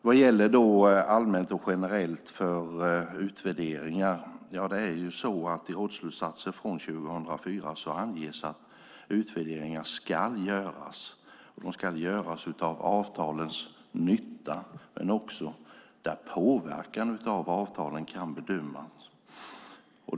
Vad gäller allmänt och generellt för utvärderingar anges det i rådsslutsatser från 2004 att utvärderingar ska göras, och det ska göras av avtalens nytta men också där påverkan av avtalen kan bedömas.